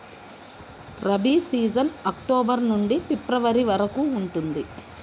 rabi season October నుండి ఫిబ్రవరి వరకు ఉంటుంది